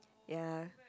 ya